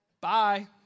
Bye